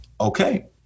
Okay